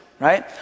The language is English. Right